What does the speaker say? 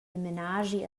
menaschi